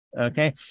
Okay